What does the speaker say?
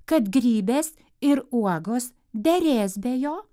kad grybės ir uogos derės be jo